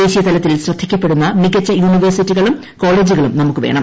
ദേശീയ തലത്തിൽ ശ്രദ്ധിക്കപ്പെടുന്ന മികച്ച യൂണിവേഴ്സിറ്റികളും കോളേജുകളും നമൂക്ക് വേണം